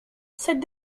cette